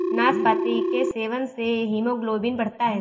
नाशपाती के सेवन से हीमोग्लोबिन बढ़ता है